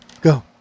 go